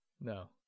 No